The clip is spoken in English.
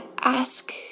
ask